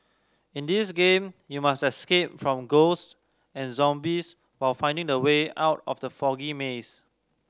in this game you must escape from ghost and zombies while finding the way out of the foggy maze